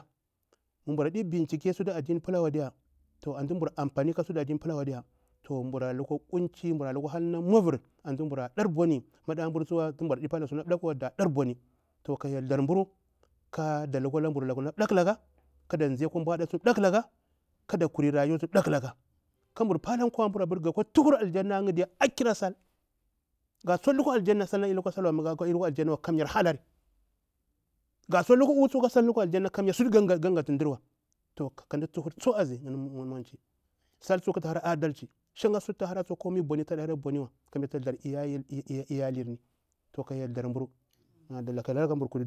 Mu mburɗi bincike sutu addini pila wa diya antu mbur ampani ka sutu addini adi pulawa diya toh mbura luka kunci mburu lukwa hal na mauvir antu mbura dar boni antu maɗa mbur a dhar boni tu tsuwa mburɗi palada muna dakuwa mbura ɗhar boni ka hyel tharburu kada lukwa labur laku na ɗakulaka kada mzi akwa bwaɗa ɗaklaka kada kuri rayuwa tsuwa daklaka ka mbur pala kwa mbuyr diya ga kwa tuhur aljana iya akira sal ga thuktu tukwa aljana diya sal adi lukwa wa diya mah hala ƙakkuwa, ga tsukktu lukwa u, ka salni lukwa aljanna kamya sutu ga ghatu dirwa toh ka mda tuhur tsu azi sal tsuwa kata hgara adalci toh ka hyel tharburu.